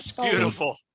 Beautiful